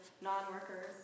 non-workers